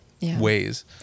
ways